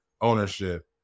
ownership